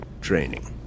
training